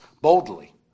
boldly